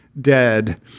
dead